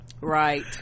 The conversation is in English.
right